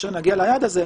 כאשר נגיע ליעד הזה,